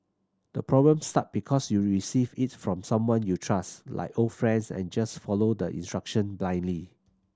the problem start because you receive it from someone you trust like old friends and just follow the instruction blindly